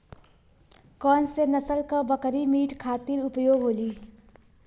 कौन से नसल क बकरी मीट खातिर उपयोग होली?